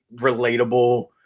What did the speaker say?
relatable